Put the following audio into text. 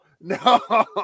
no